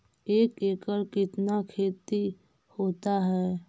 एक एकड़ कितना खेति होता है?